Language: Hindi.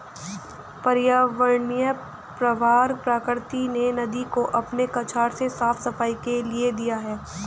पर्यावरणीय प्रवाह प्रकृति ने नदी को अपने कछार के साफ़ सफाई के लिए दिया है